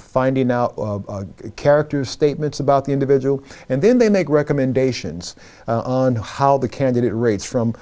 finding out character statements about the individual and then they make recommendations on how the candidate rates from